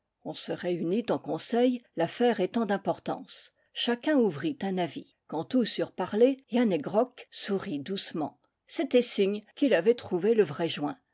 on se réunit en conseil l'affaire étant d'importance chacun ouvrit un avis quand tous eurent parlé yann he grok sourit doucement c'était signe qu'il avait trouvé le vrai joint